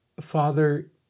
father